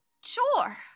Sure